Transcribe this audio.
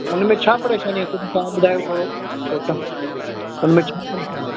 हुन में छा परेशानी अथव तव्हां ॿुधायो थोरो पोइ तव्हां हुन में छा ख़राबी आहे